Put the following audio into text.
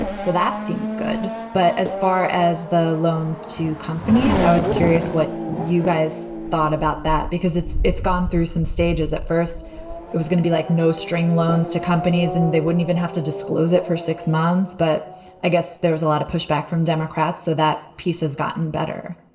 so that seems good. but as far as the loans to companies, i was curious what you guys thought about that because it's it's gone through some stages. at first it was going to be like no string loans to companies and they wouldn't even have to disclose it for six months. but i guess. there is a lot of pushback from democrats, so that piece has gotten better,